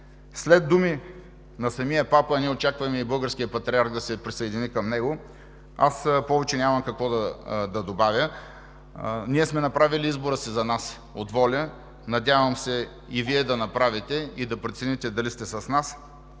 След думи на самия папа ние очакваме и българският патриарх да се присъедини към него. Аз нямам какво повече да добавя. Ние от ВОЛЯ сме направили избора си за нас. Надявам се и Вие да го направите и да прецените дали сте с нас